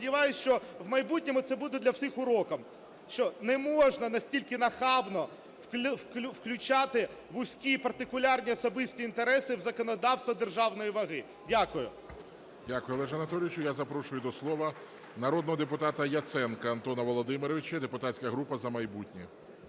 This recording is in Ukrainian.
сподіваюсь, що в майбутньому це буде для всіх уроком, що не можна настільки нахабно включати вузькі партикулярні особисті інтереси в законодавство державної ваги. Дякую. ГОЛОВУЮЧИЙ. Дякую, Олеже Анатолійовичу. Я запрошую до слова народного депутата Яценка Антона Володимировича, депутатська група "За майбутнє".